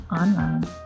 online